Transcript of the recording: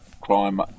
crime